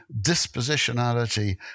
dispositionality